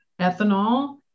ethanol